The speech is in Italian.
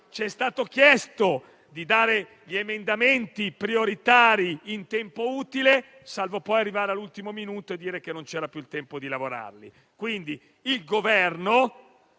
ci è stato chiesto di dare gli emendamenti prioritari in tempo utile, salvo poi arrivare all'ultimo minuto e dire che non c'era più il tempo di lavorarci. Quindi, il Governo